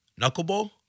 Knuckleball